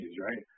right